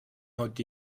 out